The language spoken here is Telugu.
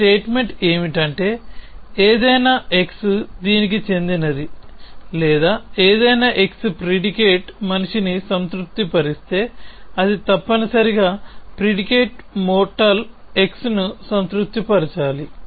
ఈ స్టేట్మెంట్ ఏమిటంటే ఏదైనా x దీనికి చెందినది లేదా ఏదైనా x ప్రిడికేట్ మనిషిని సంతృప్తిపరిస్తే అది తప్పనిసరిగా ప్రిడికేట్ మోర్టల్ x ని సంతృప్తి పరచాలి